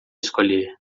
escolher